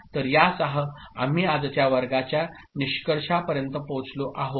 तर यासह आम्ही आजच्या वर्गाच्या निष्कर्षापर्यंत पोहोचलो आहोत